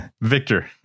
victor